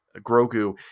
Grogu